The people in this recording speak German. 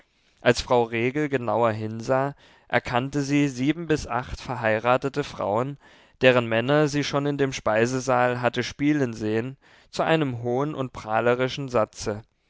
als frau regel genauer hinsah erkannte sie sieben bis acht verheiratete frauen deren männer sie schon in dem speisesaal hatte spielen sehen zu einem hohen und prahlerischen satze